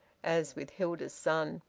as with hilda's son.